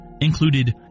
included